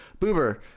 boober